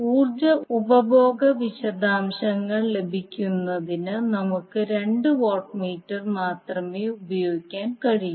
ഊർജ്ജ ഉപഭോഗ വിശദാംശങ്ങൾ ലഭിക്കുന്നതിന് നമുക്ക് 2 വാട്ട് മീറ്റർ മാത്രമേ ഉപയോഗിക്കാൻ കഴിയൂ